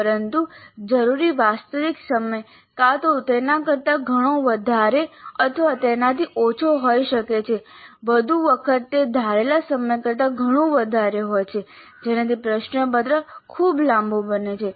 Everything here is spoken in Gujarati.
પરંતુ જરૂરી વાસ્તવિક સમય કાં તો તેના કરતા ઘણો વધારે અથવા તેનાથી ઓછો હોઈ શકે છે વધુ વખત તે ધારેલા સમય કરતા ઘણું વધારે હોય છે જેનાથી પ્રશ્નપત્ર ખૂબ લાંબુ બને છે